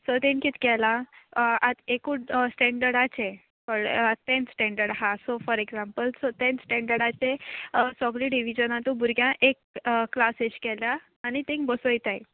so तेंणी कितें केलां आतां एकू स्टेंडडाचें कोळ्ळें थोडे टेंथ स्टेंडर्ड आहा सो फॉर एग्जाम्पल सो तें स्टँडर्डाचें सोगलें डिविजनांतू भुरग्यांक एक क्लास अशी केल्या आनी थिंगां बोसोयताय